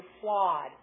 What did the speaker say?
flawed